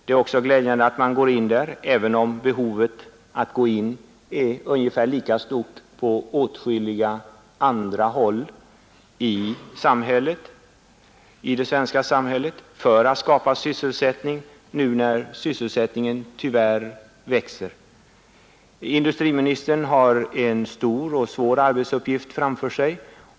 Det är glädjande att man går in i branschen här, men behovet är lika stort att på åtskilliga andra håll i det svenska samhället skapa sysselsättning nu när arbetslösheten tyvärr växer. Industriministern har en stor och svår arbetsuppgift framför sig.